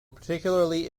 particularly